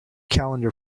calendar